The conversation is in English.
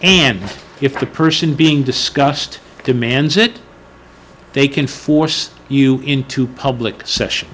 and if the person being discussed demands it they can force you into public session